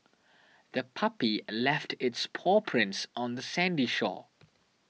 the puppy left its paw prints on the sandy shore